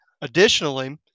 Additionally